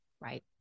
Right